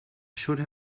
should